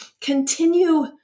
continue